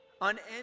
unending